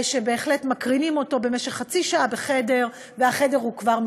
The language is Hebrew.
שבהחלט מקרינים אותו במשך חצי שעה בחדר והחדר כבר מחוטא.